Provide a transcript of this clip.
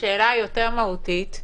ושאלה יותר מהותית.